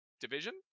division